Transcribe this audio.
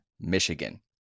Michigan